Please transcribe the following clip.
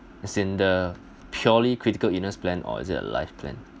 as in the purely critical illness plan or is it a life plan